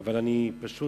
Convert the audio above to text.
אבל אני פשוט